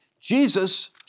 Jesus